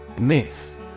Myth